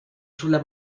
sulla